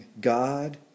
God